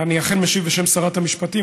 אני אכן משיב בשם שרת המשפטים,